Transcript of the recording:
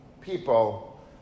people